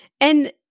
And-